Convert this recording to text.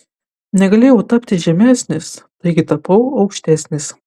negalėjau tapti žemesnis taigi tapau aukštesnis